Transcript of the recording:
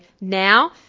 now